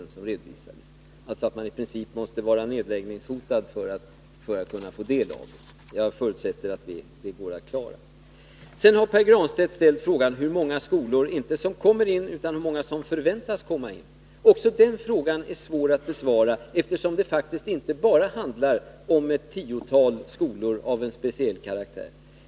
Vad som gäller är alltså att en skola i princip måste vara nedläggningshotad för att få del av bidraget. Jag förutsätter att det går att klara av. Pär Granstedt har frågat mig inte hur många skolor som kommer in med ansökningar utan hur många skolor som förväntas komma in med ansökningar. Den frågan är svår att besvara, eftersom det faktiskt inte bara handlar om ett tiotal skolor av en speciell karaktär.